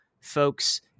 folks